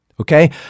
okay